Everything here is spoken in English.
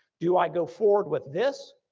do i go forward with this